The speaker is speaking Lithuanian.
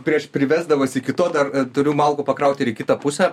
prieš privesdamas iki to dar turiu malkų pakrauti ir kitą pusę